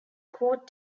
quote